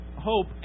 hope